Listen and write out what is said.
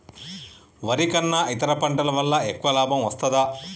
వరి కన్నా ఇతర పంటల వల్ల ఎక్కువ లాభం వస్తదా?